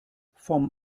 vom